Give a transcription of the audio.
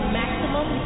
maximum